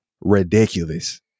ridiculous